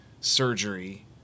surgery